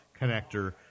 connector